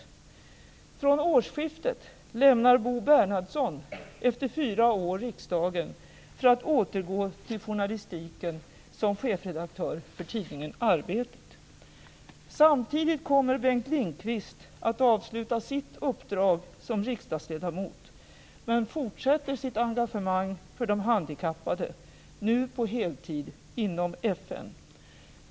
Vid årsskiftet lämnar Bo Bernhardsson efter fyra år riksdagen för att återgå till journalistiken som chefredaktör för tidningen Arbetet. Samtidigt kommer Bengt Lindqvist att avsluta sitt uppdrag som riksdagsledamot, men han fortsätter sitt engagemang för de handikappade, nu på heltid inom FN.